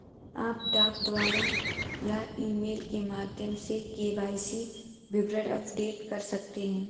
आप डाक द्वारा या ईमेल के माध्यम से के.वाई.सी विवरण अपडेट कर सकते हैं